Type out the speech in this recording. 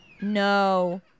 no